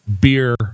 beer